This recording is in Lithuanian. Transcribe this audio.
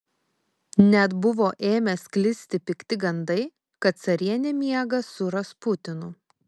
net buvo ėmę sklisti pikti gandai kad carienė miega su rasputinu